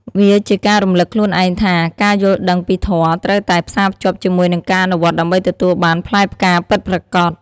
វាជាការរំលឹកខ្លួនឯងថា ការយល់ដឹងពីធម៌ត្រូវតែផ្សារភ្ជាប់ជាមួយនឹងការអនុវត្តដើម្បីទទួលបានផ្លែផ្កាពិតប្រាកដ។